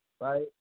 right